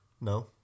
No